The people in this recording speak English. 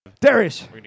Darius